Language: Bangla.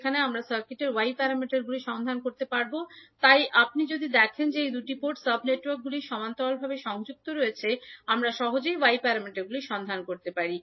যেখানে আমাদের সার্কিটের Y প্যারামিটারগুলি সন্ধান করতে হবে তাই আপনি যদি দেখেন যে এই দুটি পোর্ট সাব নেটওয়ার্কগুলি সমান্তরালভাবে সংযুক্ত রয়েছে যাতে আমরা সহজেই Y প্যারামিটারগুলি সন্ধান করতে পারি